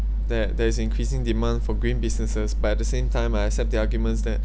that there is increasing demand for green businesses but at the same time I accept the arguments that